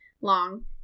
long